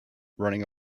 running